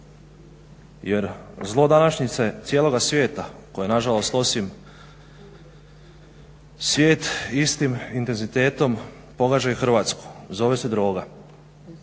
jer zlo današnjice cijeloga svijeta koje nažalost osim svijet istim intenzitetom polaže i Hrvatsku. Zove se droga,